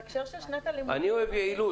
אני אוהב יעילות.